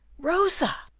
rosa!